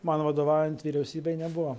man vadovaujant vyriausybei nebuvo